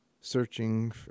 searching